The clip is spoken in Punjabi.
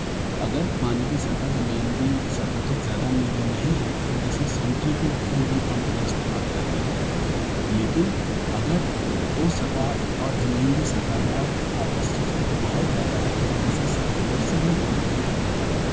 ਅਗਰ ਪਾਣੀ ਦੀ ਸਤਾ ਜ਼ਮੀਨ ਦੀ ਸਤਾ ਤੋਂ ਜ਼ਿਆਦਾ ਨੀਵੀਂ ਨਹੀਂ ਹੈ ਤਾਂ ਫਿਰ ਅਸੀਂ ਸੈਂਟਰਿਕ ਫਿਊਗਲ ਪੰਪ ਦਾ ਇਸਤੇਮਾਲ ਕਰਦੇ ਹਾਂ ਲੇਕਿਨ ਅਗਰ ਉਹ ਸਤਾ ਔਰ ਜ਼ਮੀਨ ਦੀ ਸਤਾ ਦਾ ਆਪਸ 'ਚ ਫਰਕ ਬਹੁਤ ਜ਼ਿਆਦਾ ਹੈ ਤਾਂ ਫਿਰ ਅਸੀਂ ਸਬਮਰਸੀਬਲ ਪੰਪ ਦੀ ਵਰਤੋਂ ਕਰਦੇ ਹਾਂ